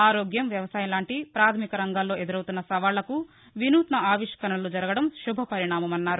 ఆరోగ్యం వ్యవసాయం లాంటి ప్రాధమిక రంగాల్లో ఎదురవుతున్న సవాళ్లకు వినూత్న ఆవిష్కరణలు జరుగుతుండడం శుభపరిణామమన్నారు